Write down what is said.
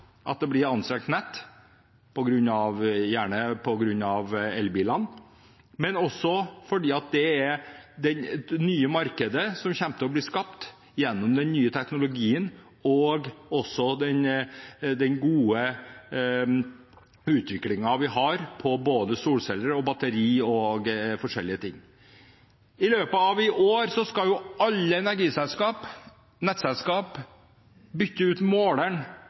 at det blir et anstrengt nett på grunn av elbilene, men også på grunn av det nye markedet som kommer til å bli skapt gjennom den nye teknologien, og også den gode utviklingen vi har på både solceller, batteri og forskjellige ting. I løpet av i år skal alle energiselskaper, nettselskaper, bytte ut måleren